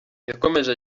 yakomeje